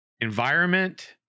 Environment